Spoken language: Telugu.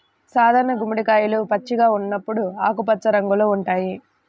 సాధారణ గుమ్మడికాయలు పచ్చిగా ఉన్నప్పుడు ఆకుపచ్చ రంగులో ఉంటాయి